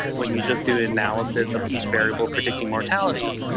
when you just do analysis of each variable predicting mortality,